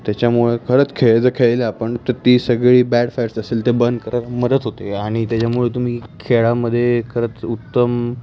त्याच्यामुळे खरंच खेळ जर खेळले आपण तर ती सगळी बॅड फॅट्स असेल ते बंद करायला मदत होते आणि त्याच्यामुळे तुम्ही खेळामध्ये खरंच उत्तम